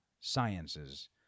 sciences